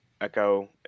Echo